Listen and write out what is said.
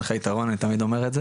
מצגת.